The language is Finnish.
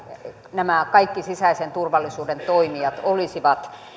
nämä kaikki sisäisen turvallisuuden toimijat olisivat